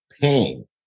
pain